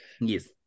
Yes